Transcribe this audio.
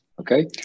Okay